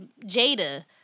Jada